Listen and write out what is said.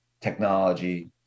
technology